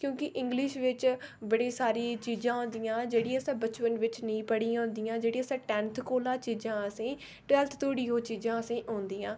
क्योंकि इंगलिश बिच्च बड़ी सारी चीजां होंदियां जेहड़ी आस बचपन बिच नेईं पढ़ियां होंदियां जेह्ड़ियां असें टैन्थ कोला चीजां असेंगी टवैल्फ्थ धोड़ी ओह् चीजां असेंगी औंदियां